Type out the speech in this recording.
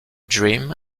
dream